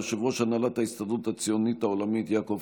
יושב-ראש הנהלת ההסתדרות הציונית העולמית יעקב